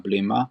הבלימה,